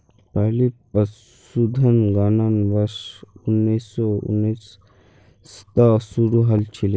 पहली पशुधन गणना वर्ष उन्नीस सौ उन्नीस त शुरू हल छिले